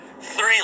three